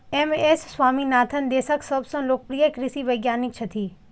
M S Swaminathan देशक सबसं लोकप्रिय कृषि वैज्ञानिक छथि